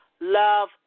love